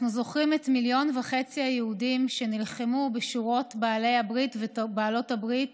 אנחנו זוכרים את מיליון וחצי היהודים שנלחמו בשורות בעלות הברית